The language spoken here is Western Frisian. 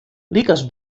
lykas